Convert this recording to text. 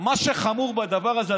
מה שחמור בדבר הזה,